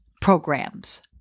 programs